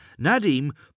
Nadim